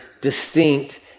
distinct